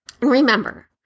Remember